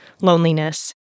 loneliness